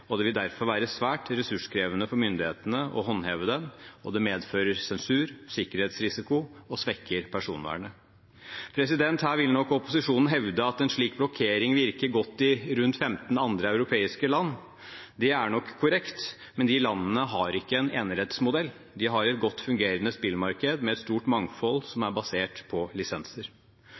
og det vil derfor være svært ressurskrevende for myndighetene å håndheve dem – og det medfører sensur, sikkerhetsrisiko og svekker personvernet. Her vil nok opposisjonen hevde at en slik blokkering virker godt i rundt 15 andre europeiske land. Det er nok korrekt, men de landene har ikke en enerettsmodell. De har et godt fungerende spillmarked med stort mangfold som er basert på lisenser.